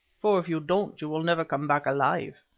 for if you don't you will never come back alive.